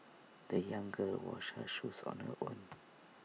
the young girl washed her shoes on her own